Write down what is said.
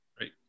right